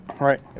Right